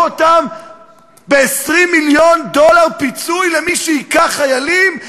אותם ב-20 מיליון דולר פיצוי למי שהכה חיילים?